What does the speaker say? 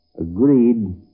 agreed